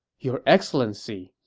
your excellency,